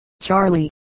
Charlie